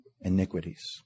iniquities